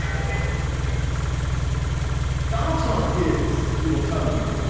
um donald trump is, he will tell you,